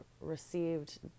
received